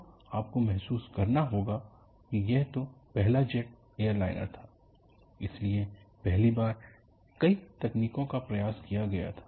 तो आपको महसूस करना होगा कि यह तो पहला जेट एयरलाइनर था इसलिए पहली बार कई तकनीकों का प्रयास किया गया था